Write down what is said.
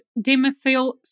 dimethyl